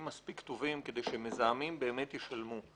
מספיק טובים כדי שמזהמים באמת ישלמו.